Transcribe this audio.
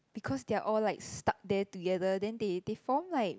because they are all like stuck there together then they they form like